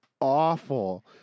awful